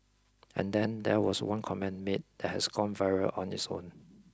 and then there was one comment made that has gone viral on its own